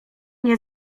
nie